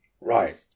right